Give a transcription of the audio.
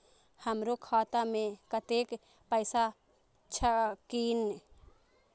हमरो खाता में कतेक पैसा छकीन?